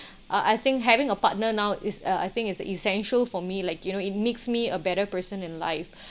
uh I think having a partner now is uh I think it's essential for me like you know it makes me a better person in life